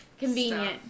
convenient